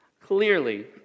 clearly